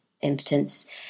impotence